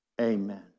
Amen